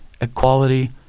equality